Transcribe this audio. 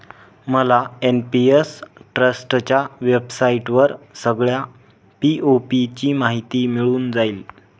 मला एन.पी.एस ट्रस्टच्या वेबसाईटवर सगळ्या पी.ओ.पी ची माहिती मिळून जाईल